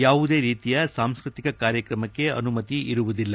ಯಾವುದೇ ರೀತಿಯ ಸಾಂಸ್ಕೃತಿಕ ಕಾರ್ಯಕ್ರಮಕ್ಕೆ ಅನುಮತಿ ಇರುವುದಿಲ್ಲ